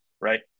Right